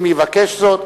אם יבקש זאת.